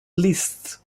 liszt